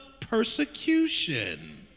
persecution